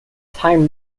time